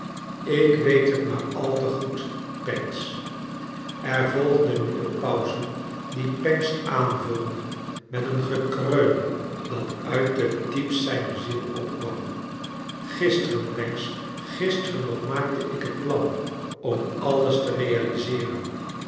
ik weet het maar al te goed pancks er volgde nu een pauze die pancks aanvulde met een gekreun dat uit het diepst zijner ziel opkwam gisteren pancks gisteren nog maakte ik het plan om alles te realiseeren